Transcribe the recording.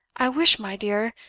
i wish, my dear,